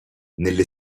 nelle